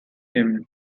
him